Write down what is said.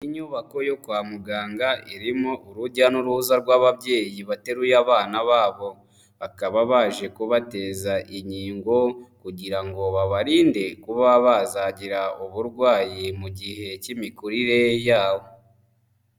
Inyubako yo kwa muganga irimo urujya n'uruza rw'ababyeyi bateruye abana babo, bakaba baje kubateza inkingo kugira ngo babarinde kuba bazagira uburwayi mu gihe cy'imikurire yabo.